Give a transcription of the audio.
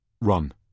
Run